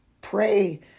pray